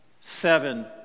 seven